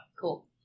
Cool